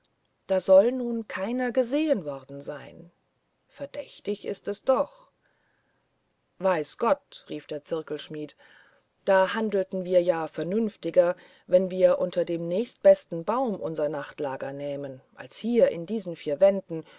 da soll nun keiner gesehen worden sein verdächtig ist es doch weiß gott rief der zirkelschmidt da handelten wir ja vernünftiger wenn wir unter dem nächsten besten baum unser nachtlager nähmen als hier in diesen vier wänden